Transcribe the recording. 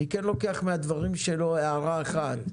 אני כן לוקח מהדברים שלו הערה אחת,